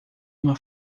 uma